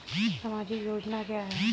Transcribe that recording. सामाजिक योजना क्या है?